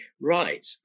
right